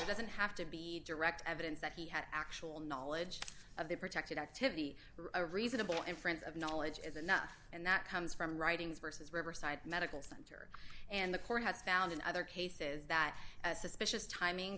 doesn't have to be direct evidence that he had actual knowledge of the protected activity a reasonable inference of knowledge is enough and that comes from writings versus riverside medical center and the court has found in other cases that suspicious timing